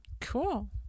cool